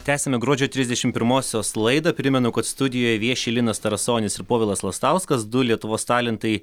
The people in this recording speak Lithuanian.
tęsiame gruodžio trisdešimt pirmosiososios laidą primenu kad studijoje vieši linas tarasonis ir povilas lastauskas du lietuvos talentai